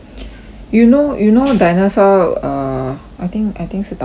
you know you know dinosaur err I think I think 是 dao pok 回来